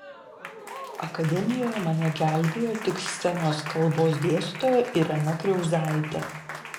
akademijoje mane gelbėjo tik scenos kalbos dėstytoja irena kriauzaitė